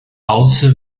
also